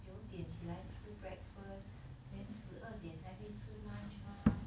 九点起来吃 breakfast then 十二点才可以吃 lunch mah